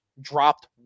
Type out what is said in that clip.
dropped